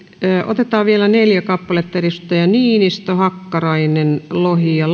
otetaan vielä neljä kappaletta edustajat niinistö hakkarainen lohi ja